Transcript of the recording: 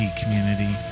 community